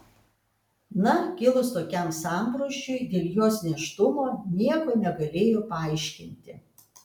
na kilus tokiam sambrūzdžiui dėl jos nėštumo nieko negalėjo paaiškinti